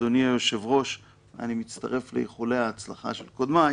אדוני היושב-ראש אני מצטרף לאיחולי ההצלחה של קודמיי